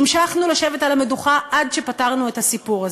המשכנו לשבת על המדוכה עד שפתרנו את הסיפור הזה.